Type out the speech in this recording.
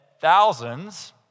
thousands